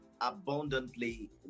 abundantly